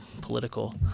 political